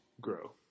grow